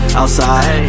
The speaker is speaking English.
outside